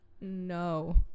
No